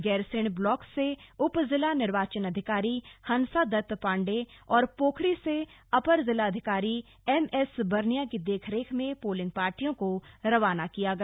Gairsain block से उप जिला निर्वाचन अधिकारी हंसादत्त पांडे और पोखरी से अपर जिलाधिकारी एमएस बर्निया की देखरेख में पोलिंग पार्टियों को रवाना किया गया